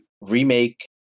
remake